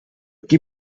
qui